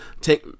take